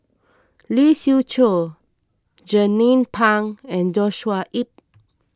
Lee Siew Choh Jernnine Pang and Joshua Ip